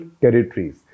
territories